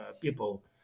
people